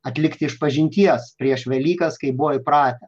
atlikti išpažinties prieš velykas kaip buvo įpratę